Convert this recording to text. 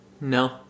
No